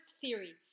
theory